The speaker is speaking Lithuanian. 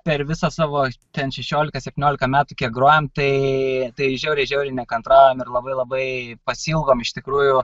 per visą savo ten šešiolika septyniolika metų kiek grojam tai tai žiauriai žiauriai nekantraujam ir labai labai pasiilgom iš tikrųjų